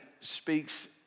speaks